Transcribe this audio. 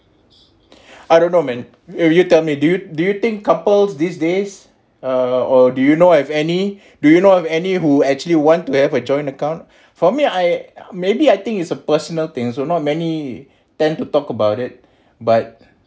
I don't know man you you tell me do you do you think couples these days err or do you know if any do you if any who actually want to have a joint account for me I maybe I think is a personal things well not many tend to talk about it but